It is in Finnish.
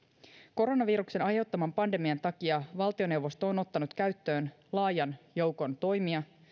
koronaviruksen aiheuttaman pandemian takia valtioneuvosto on ottanut käyttöön laajan joukon toimia